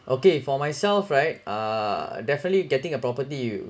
okay for myself right uh definitely getting a property you